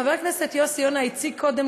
חבר הכנסת יוסי יונה הציג קודם,